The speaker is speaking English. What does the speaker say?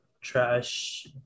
trash